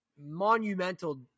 monumental